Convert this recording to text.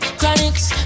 chronics